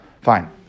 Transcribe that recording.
Fine